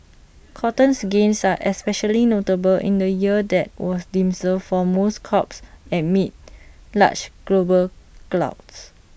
cotton's gains are especially notable in A year that was dismal for most crops amid large global gluts